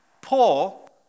Paul